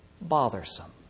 bothersome